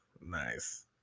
Nice